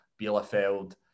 Bielefeld